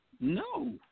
No